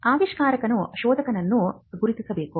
ಆವಿಷ್ಕಾರಕನು ಶೋಧಕನನ್ನು ಗುರುತಿಸಬೇಕು